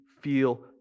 feel